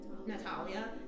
Natalia